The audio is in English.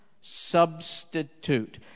substitute